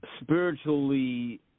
spiritually